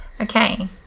Okay